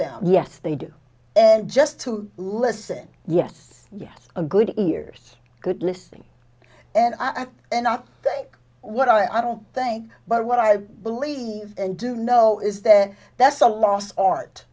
them yes they do and just to listen yes yes a good ears good listening and i think and i think what i don't think but what i believe and do know is that that's a lost art